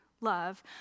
love